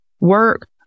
work